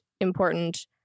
important